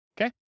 okay